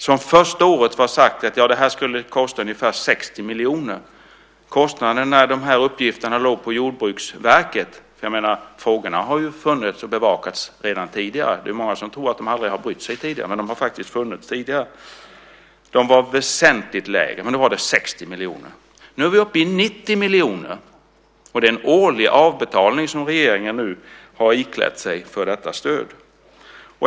Det var sagt att den under det första året skulle kosta ungefär 60 miljoner. Kostnaderna för dessa uppgifter när de låg på Jordbruksverket - frågorna har ju funnits och bevakats redan tidigare, det är många som trott att ingen har brytt sig tidigare - var väsentligt lägre. Men nu skulle det handla om 60 miljoner. Nu är vi uppe i 90 miljoner. Det är årlig avbetalning som regeringen nu har iklätt sig för detta stöd.